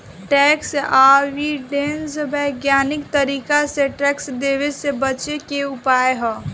tax avoidance वैज्ञानिक तरीका से टैक्स देवे से बचे के उपाय ह